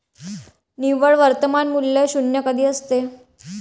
निव्वळ वर्तमान मूल्य शून्य कधी असते?